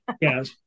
Yes